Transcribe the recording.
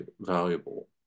valuable